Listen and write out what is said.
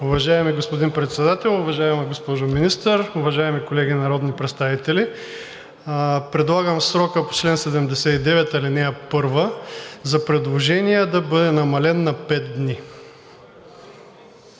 Уважаеми господин Председател, уважаема госпожо Министър, уважаеми колеги народни представители! Предлагам срокът по чл. 79, ал. 1 за предложения да бъде намален на 5 дни.